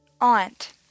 aunt